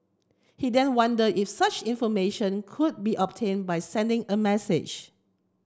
he then wonder if such information could be obtain by sending a message